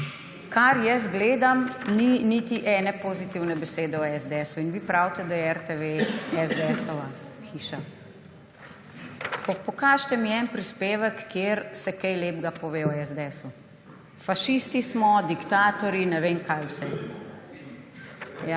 Kar jaz gledam, ni niti ene pozitivne besede o SDS. In vi pravite, da je RTV esdeesova hiša. Pokažite mi ene prispevek, kjer se kaj lepega pove o SDS? Fašisti smo, diktatorji, ne vem, kaj vse.